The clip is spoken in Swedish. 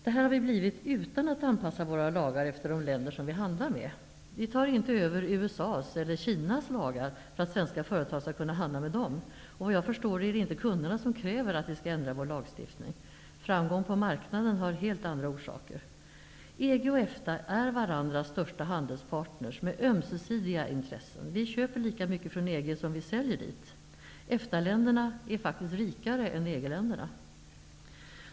Det har vi blivit utan att anpassa våra lagar efter de länder vi handlar med. Vi tar inte över USA:s eller Kinas lagar för att svenska företag skall kunna handla med de länderna. Vad jag förstår är det inte kunderna som kräver att vi skall ändra vår lagstiftning. Framgång på marknaden har helt andra orsaker. EG och EFTA är varandras största handelspartner, med ömsesidiga intressen. Vi köper lika mycket från EG som vi säljer dit. EFTA-länderna är rikare än EG-länderna.